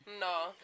No